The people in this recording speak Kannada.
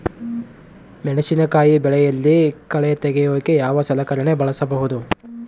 ಮೆಣಸಿನಕಾಯಿ ಬೆಳೆಯಲ್ಲಿ ಕಳೆ ತೆಗಿಯೋಕೆ ಯಾವ ಸಲಕರಣೆ ಬಳಸಬಹುದು?